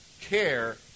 care